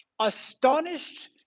astonished